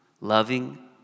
loving